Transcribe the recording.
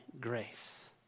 grace